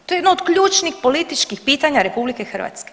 To je jedno od ključnih političkih pitanja RH.